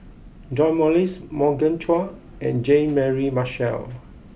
John Morrice Morgan Chua and Jean Mary Marshall